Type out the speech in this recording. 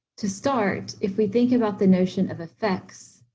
to start, if we think about the notion of effects,